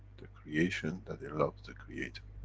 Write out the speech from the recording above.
the creation, that they love the creator.